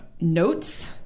notes